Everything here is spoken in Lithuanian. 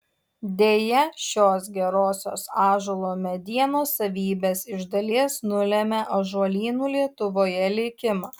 deja šios gerosios ąžuolo medienos savybės iš dalies nulėmė ąžuolynų lietuvoje likimą